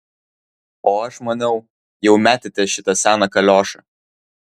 o aš maniau jau metėte šitą seną kaliošą